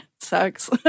Sucks